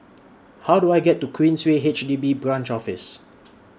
How Do I get to Queensway H D B Branch Office